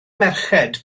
merched